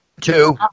Two